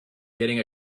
getting